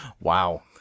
Wow